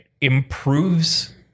improves